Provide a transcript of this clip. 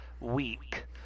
week